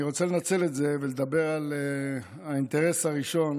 אני רוצה לנצל את זה ולדבר על האינטרס הראשון,